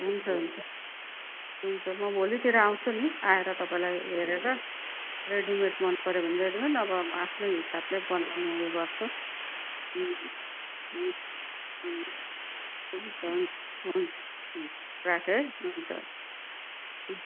हुन्छ हुन्छ हुन्छ म भोलितिर आउँछु नि आएर तपाईँलाई हेरेर रेडिमेड मन पर्यो भने रेडिमेड नभए आफ्नै हिसाबले बनाउनु उयो गर्छु अँ अँ अँ हुन्छ हुन्छ हुन्छ राखेँ है हुन्छ